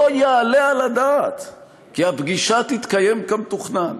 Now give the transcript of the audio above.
לא יעלה על הדעת כי הפגישה תתקיים כמתוכנן.